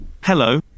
Hello